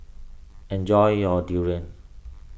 enjoy your Durian